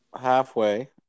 halfway